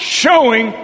showing